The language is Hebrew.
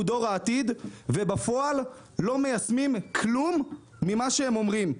דור העתיד ובפועל לא מיישמים כלום ממה שהם אומרים.